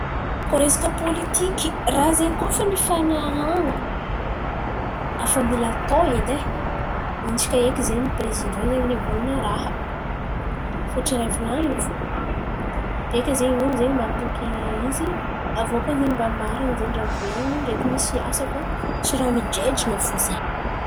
Koa resaka pôlitiky, raha zen̈y koa fa nifanarahan̈a, afa mila atao edy e. Intsaka eky zen̈y prezidan zen̈y nivolan̈a raha fa tsy raha ivolan̈iny fo. Bèka zen̈y olo zen̈y mahatoky izy. Aviô koa zen̈y mba marin̈y zen̈y raha nivolan̈iny ndreky nisy asa fa tsy raha midredran̈a fo zen̈y.